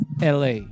la